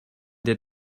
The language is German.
der